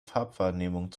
farbwahrnehmung